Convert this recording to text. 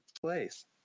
place